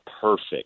perfect